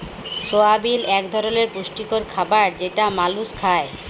সয়াবিল এক ধরলের পুষ্টিকর খাবার যেটা মালুস খায়